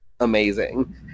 Amazing